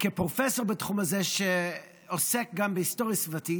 וכפרופסור בתחום הזה, שעוסק גם בהיסטוריה סביבתית,